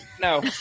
no